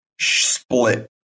split